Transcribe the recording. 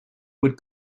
would